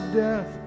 death